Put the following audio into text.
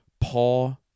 Paul